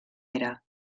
era